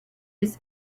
his